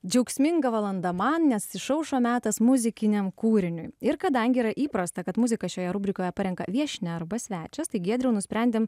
džiaugsminga valanda man nes išaušo metas muzikiniam kūriniui ir kadangi yra įprasta kad muzika šioje rubrikoje parenka viešnia arba svečias tai giedriau nusprendėm